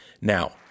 Now